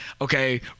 okay